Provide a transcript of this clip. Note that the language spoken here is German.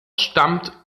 stammt